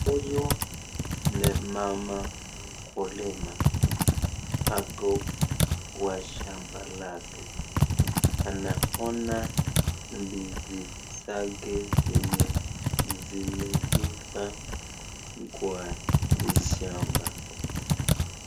Huyu ni mama mkulima ako kwa shamba lake. Anaona ndizi zake zenye zimeiva kwa shamba.